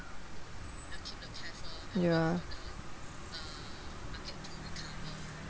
ya